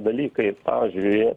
dalykai pavyzdžiui